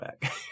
back